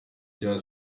cya